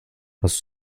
hast